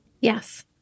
yes